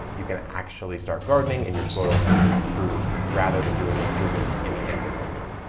you can actually start gardening and your soil is nice and improved. rather than doing the improvement in the end of winter.